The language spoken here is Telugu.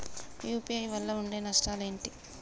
యూ.పీ.ఐ వల్ల ఉండే నష్టాలు ఏంటి??